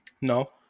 no